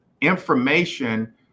information